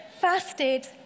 fasted